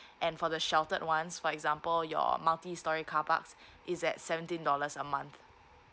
and for the sheltered ones for example your multistorey carparks is at seventeen dollars a month